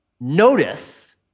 notice